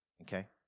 Okay